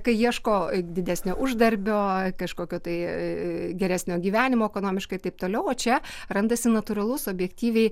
kai ieško didesnio uždarbio kažkokio tai geresnio gyvenimo ekonomiškai ir taip toliau o čia randasi natūralus objektyviai